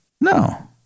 No